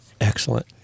Excellent